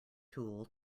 tool